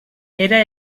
era